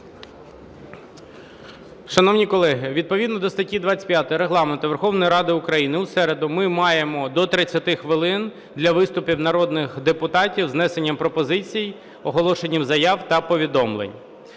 Шановні колеги, відповідно до статті 25 Регламенту Верховної Ради України у середу ми маємо до 30 хвилин для виступів народних депутатів з внесенням пропозицій, оголошенням заяв та повідомлень.